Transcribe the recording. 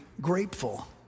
grateful